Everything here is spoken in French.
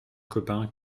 copain